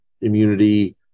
immunity